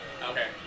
Okay